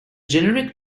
generic